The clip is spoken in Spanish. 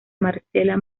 marcela